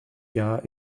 jahr